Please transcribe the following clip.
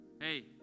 hey